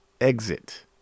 exit